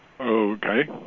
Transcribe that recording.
Okay